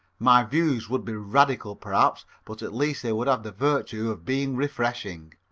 my views would be radical perhaps but at least they would have the virtue of being refreshing.